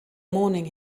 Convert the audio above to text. morning